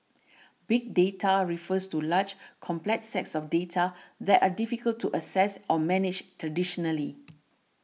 big data refers to large complex sets of data that are difficult to access or manage traditionally